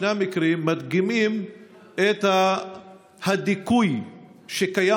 שני המקרים מדגימים את הדיכוי שקיים